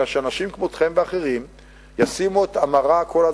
אלא שאנשים כמותכם ואחרים ישימו את המראה כל הזמן,